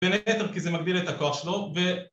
‫בין היתר, כי זה מגדיל את הכוח שלו, ‫ו...